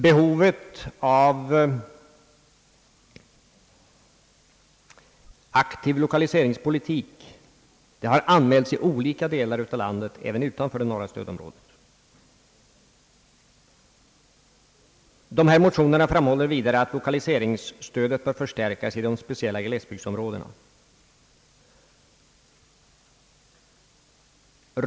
Behovet av en aktiv lokaliseringspolitik har anmälts i olika delar av landet, även utanför det norra stödområdet. I de nämnda motionerna framhålles vidare att lokaliseringsstödet bör förstärkas i de speciella glesbygdsområdena.